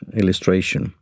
illustration